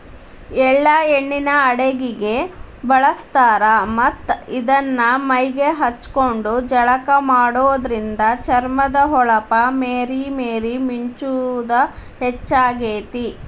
ಎಳ್ಳ ಎಣ್ಣಿನ ಅಡಗಿಗೆ ಬಳಸ್ತಾರ ಮತ್ತ್ ಇದನ್ನ ಮೈಗೆ ಹಚ್ಕೊಂಡು ಜಳಕ ಮಾಡೋದ್ರಿಂದ ಚರ್ಮದ ಹೊಳಪ ಮೇರಿ ಮೇರಿ ಮಿಂಚುದ ಹೆಚ್ಚಾಗ್ತೇತಿ